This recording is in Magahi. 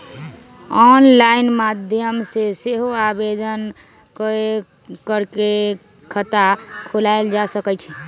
ऑनलाइन माध्यम से सेहो आवेदन कऽ के खता खोलायल जा सकइ छइ